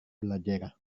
belajar